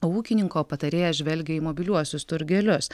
o ūkininko patarėjas žvelgia į mobiliuosius turgelius